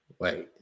Wait